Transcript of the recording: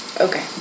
Okay